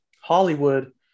Hollywood